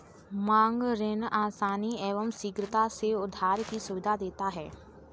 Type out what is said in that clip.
मांग ऋण आसानी एवं शीघ्रता से उधार की सुविधा देता है